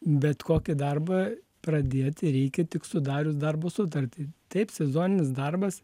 bet kokį darbą pradėti reikia tik sudarius darbo sutartį taip sezoninis darbas